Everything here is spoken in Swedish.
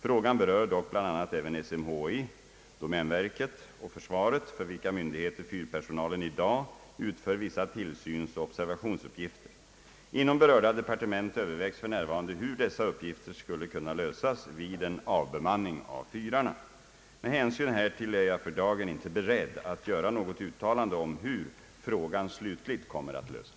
Frågan berör dock bl.a. även SMHI, domänverket och försvaret för vilka myndigheter fyrpersonalen i dag utför vissa tillsynsoch observationsuppgifter. Inom berörda departement övervägs f.n. hur dessa uppgifter skulle kunna lösas vid en avbemanning av fyrarna. Med hänsyn härtill är jag för dagen inte beredd att göra något uttalande om hur frågan slutligt kommer att lösas.